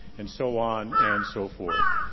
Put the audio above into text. and so on and so forth.